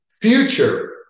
future